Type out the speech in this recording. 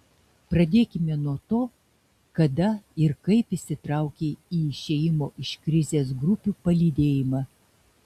pradėkime nuo to kada ir kaip įsitraukei į išėjimo iš krizės grupių palydėjimą